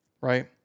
Right